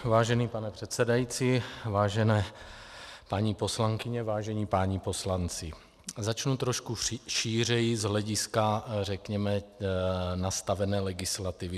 Vážený pane předsedající, vážené paní poslankyně, vážení páni poslanci, začnu trošku šířeji z hlediska řekněme nastavené legislativy.